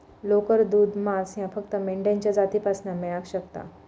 लोकर, दूध, मांस ह्या फक्त मेंढ्यांच्या जातीपासना मेळाक शकता